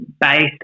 based